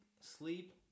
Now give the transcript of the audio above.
Sleep